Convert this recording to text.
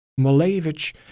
Malevich